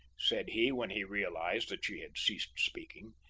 said he, when he realised that she had ceased speaking.